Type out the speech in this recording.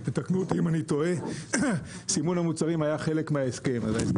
תקנו אותי אם אני טועה סימון המוצרים היה חלק מההסכם.